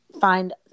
find